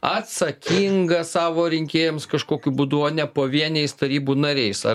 atsakinga savo rinkėjams kažkokiu būdu o ne pavieniais tarybų nariais ar